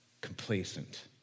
complacent